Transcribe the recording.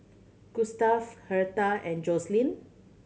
Gustave Hertha and Joseline